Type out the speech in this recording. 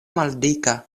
maldika